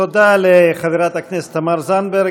תודה לחברת הכנסת תמר זנדברג.